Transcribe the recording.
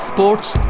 Sports